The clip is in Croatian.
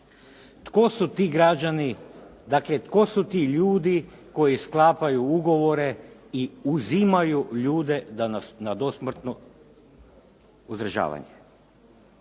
tko su ti ljudi koji sklapaju ugovore i uzimaju ljude na dosmrtno uzdržavanje.